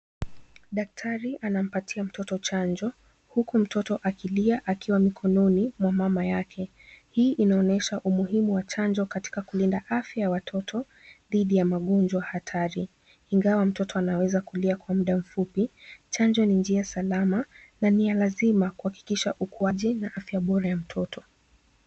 Daktari anampatia mtoto chanjo, huku mtoto akilia akiwa mikononi mwa mama yake. Hii inaonyesha umuhimu wa chanjo katika kulinda afya ya watoto dhidi ya magonjwa hatari. Ingawa mtoto anaweza kulia kwa muda mfupi, chanjo ni njia salama na ni ya lazima kuhakikisha ukuaji na afya bora ya mtoto.